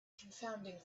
confounded